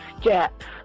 steps